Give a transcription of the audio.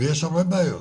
ויש הרבה בעיות.